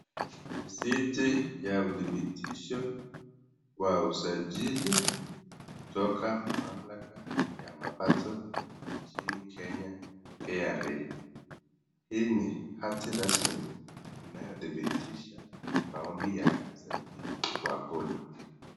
Mwanamke amebeba mtoto mchanga. Amesimama chini ya mti mkubwa. Mtoto analia na amevaa koti dogo la rangi ya bluu. Mwanamke amevaa nguo nyeupe na anaangalia mbele. Nyuma yao kuna gari nyeusi.